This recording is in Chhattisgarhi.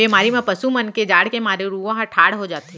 बेमारी म पसु मन के जाड़ के मारे रूआं ह ठाड़ हो जाथे